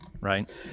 right